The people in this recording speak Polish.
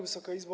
Wysoka Izbo!